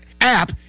app